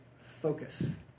focus